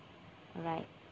alright